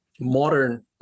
modern